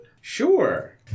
Sure